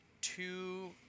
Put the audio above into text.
two